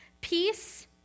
peace